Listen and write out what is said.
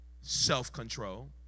Self-control